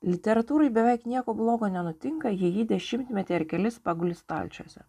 literatūrai beveik nieko blogo nenutinka jei ji dešimtmetį ar kelis paguli stalčiuose